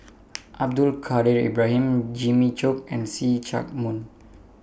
Abdul Kadir Ibrahim Jimmy Chok and See Chak Mun